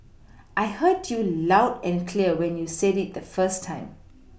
I heard you loud and clear when you said it the first time